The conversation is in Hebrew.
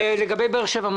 מה לגבי באר שבע?